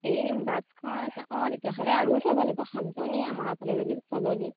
এই বাছখন অঁ তেতিয়াহ'লে আৰু যাব লাগিব সাতজনী আমাৰফালে যদি ছজনী